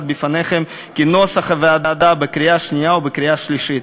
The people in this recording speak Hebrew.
בפניכם כנוסח הוועדה בקריאה שנייה ובקריאה שלישית.